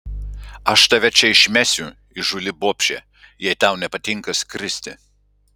aš tave čia išmesiu įžūli bobše jei tau nepatinka skristi